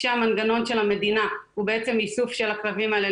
כשהמנגנון של המדינה הוא בעצם איסוף של הכלבים האלה